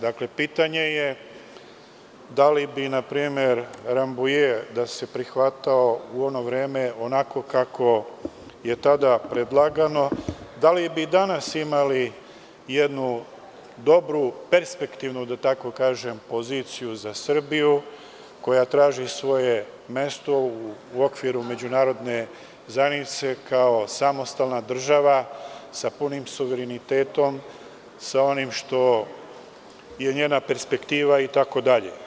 Dakle, pitanje je da li bi, na primer, Rambuje, da se prihvatao u ono vreme, onako kako je tada predlagano, da li bi danas imali jednu dobru i perspektivnu poziciju za Srbiju, koja traži svoje mesto u okviru međunarodne zajednice kao samostalna država, sa punim suverenitetom, sa onim što je njena perspektiva, itd.